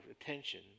attention